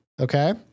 Okay